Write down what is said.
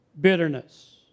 bitterness